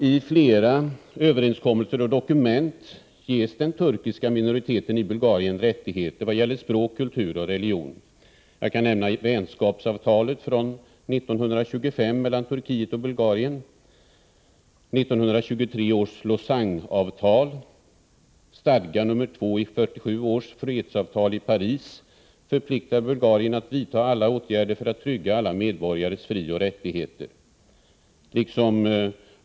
I flera överenskommelser och dokument ges den turkiska minoriteten i Bulgarien rättigheter vad gäller språk, kultur och religion. Jag kan nämna vänskapsavtalet från 1925 mellan Turkiet och Bulgarien samt 1923 års Lausanne-avtal. Stadga 2 i 1947 års fredsavtal i Paris förpliktigar Bulgarien att vidta alla åtgärder för att trygga alla medborgares frioch rättigheter.